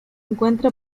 encuentra